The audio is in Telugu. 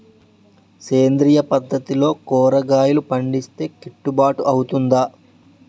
సేంద్రీయ పద్దతిలో కూరగాయలు పండిస్తే కిట్టుబాటు అవుతుందా?